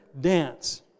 dance